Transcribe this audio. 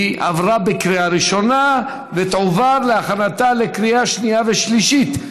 היא עברה בקריאה ראשונה ותועבר להכנתה לקריאה שנייה ושלישית.